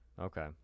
Okay